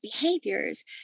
behaviors